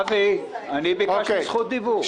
אני ביקשתי זכות דיבור.